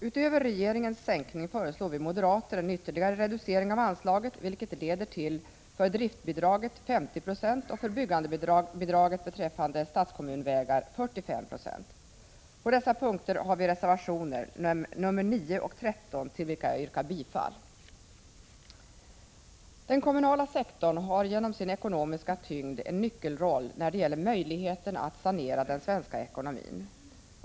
Utöver regeringens sänkning föreslår vi moderater en ytterligare reducering av anslaget, vilket leder till för driftbidraget 50 96 och för byggandebidraget beträffande statskommunvägar 45 96. På dessa punkter har vi reservationerna 9 och 13, till vilka jag yrkar bifall. Den kommunala sektorn har genom sin ekonomiska tyngd en nyckelroll när det gäller möjligheten att sanera den svenska ekonomin.